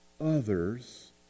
others